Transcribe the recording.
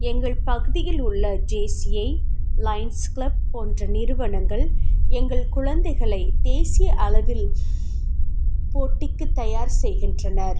எங்கள் பகுதியில் உள்ள ஜேசிஐ லயன்ஸ் கிளப் போன்ற நிறுவனங்கள் எங்கள் குழந்தைகளை தேசிய அளவில் போட்டிக்கு தயார் செய்கின்றனர்